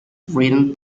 written